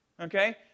Okay